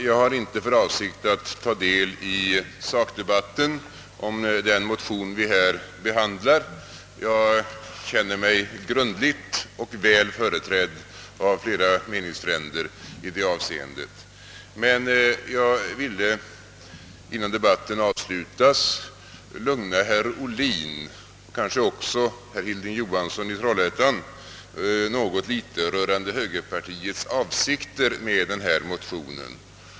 Jag har inte för avsikt att ta del i sakdebatten om den motion vi här behandlar — jag känner mig grundligt och väl företrädd av flera meningsfränder i det avseendet — men jag ville innan debatten avslutas lugna herr Ohlin och kanske också herr Johansson i Trollhättan något litet rörande avsikten med motionen.